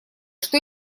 что